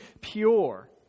pure